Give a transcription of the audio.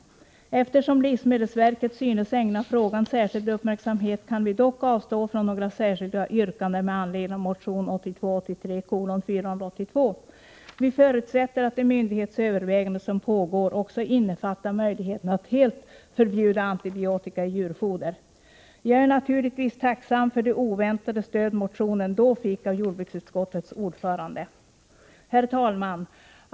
Eftersom livsmedelsverket synes ägna frågan särskild uppmärksamhet kan vi dock t.v. avstå från några särskilda yrkanden med anledning av motion 1982/83:482. Vi förutsätter att de myndighetsöverväganden som pågår också innefattar möjligheterna att helt förbjuda antibiotika i djurfoder.” Jag är naturligtvis tacksam för det oväntade stöd motionen då fick av jordbruksutskottets ordförande. Herr talman!